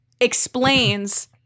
explains